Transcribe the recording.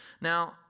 Now